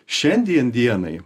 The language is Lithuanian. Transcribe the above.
šiandien dienai